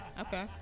Okay